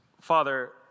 Father